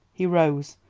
he rose,